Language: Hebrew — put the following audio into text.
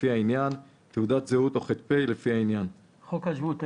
לפי העניין) ת.ז/ח.פ ___________ (לפי העניין)." " תגיד: חוק השבות.